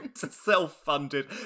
Self-funded